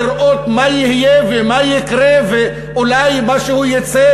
לראות מה יהיה ומה יקרה ואולי משהו יצא